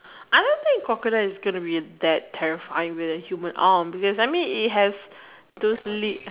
I don't think crocodile is gonna be that terrifying than a human arm because I mean it has those lead